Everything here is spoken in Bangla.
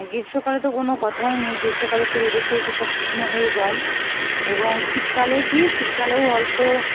গ্রীষ্মকালে তো কোনো কথাই নেই গ্রীষ্মকালে তো রোদেতেই তো সব শুকনো হয়ে যায় এবং শীতকালে কী শীতকালেও অল্প